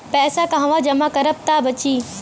पैसा कहवा जमा करब त बची?